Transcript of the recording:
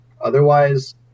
Otherwise